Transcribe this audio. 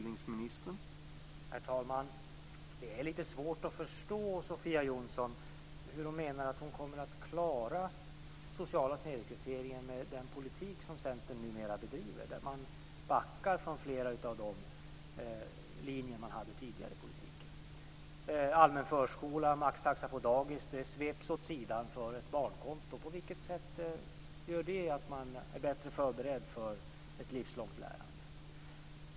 Herr talman! Det är lite svårt att förstå Sofia Jonsson och hur hon menar att hon ska klara den sociala snedrekryteringen med den politik som Centern numera bedriver. Man backar ju från flera av de linjer i politiken som man tidigare hade. Frågorna om allmän förskola och maxtaxa på dagis sveps åt sidan till förmån för ett barnkonto. På vilket sätt blir man därmed bättre förberedd för ett livslångt lärande?